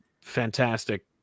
fantastic